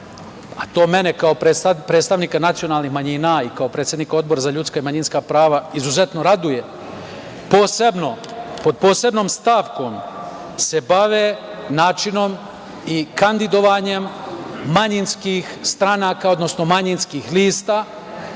a to mene kao predstavnika nacionalnih manjina i kao predsednika Odbora za ljudska i manjinska prava izuzetno raduje, pod posebnom stavkom se bave načinom i kandidovanjem manjinskih stranaka, odnosno manjinskih lista